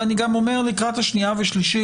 ואני גם אומר לקראת הקריאה השנייה והשלישית,